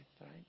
right